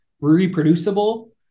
reproducible